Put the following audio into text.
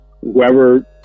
whoever